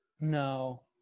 No